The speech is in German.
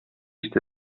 ist